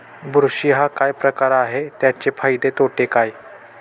बुरशी हा काय प्रकार आहे, त्याचे फायदे तोटे काय?